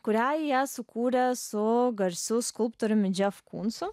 kurią sukūrė su garsiu skulptoriumi josef kunsu